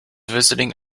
visiting